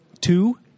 two